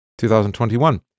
2021